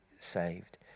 saved